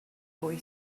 boy